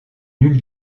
nul